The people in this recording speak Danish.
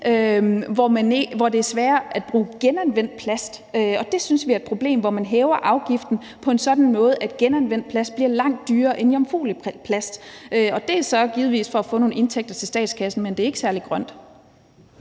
hvor det er sværere at bruge genanvendt plast, og det synes vi er et problem. Man hæver afgiften på en sådan måde, at genanvendt plast bliver langt dyrere end jomfruelig plast, og det er så givetvis for at få nogle indtægter til statskassen, men det er ikke særlig grønt.